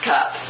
Cup